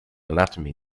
anatomy